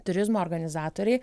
turizmo organizatoriai